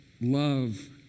love